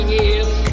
years